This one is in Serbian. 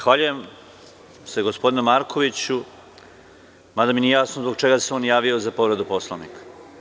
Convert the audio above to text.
Zahvaljujem se, gospodine Markoviću, mada mi nije jasno zbog čega se on javio za povredu Poslovnika.